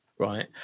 Right